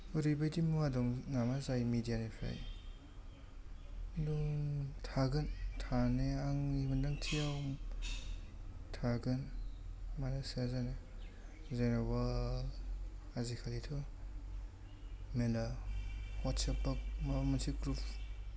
ओरैबायदि मुवा दं नामा जाय मिडियानिफ्राय दं थागोन थानाया आंनि मोन्दांथियाव थागोन मानो थाया जानो जेनेबा आजिखालिथ' मेल्ला अवट्सएप बा माबा मोनसे ग्रुप